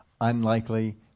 unlikely